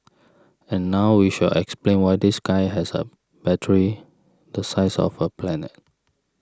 and now we shall explain why this guy has a battery the size of a planet